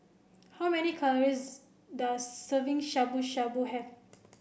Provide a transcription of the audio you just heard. how many calories does serving Shabu Shabu have